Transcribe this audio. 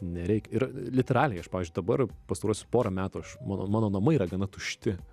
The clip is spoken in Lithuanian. nereik ir literaliai aš pavyzdžiui dabar pastaruosius porą metų aš mano mano namai yra gana tušti